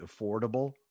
affordable